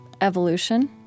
evolution